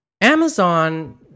Amazon